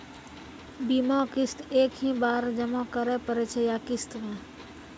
बीमा किस्त एक ही बार जमा करें पड़ै छै या किस्त मे?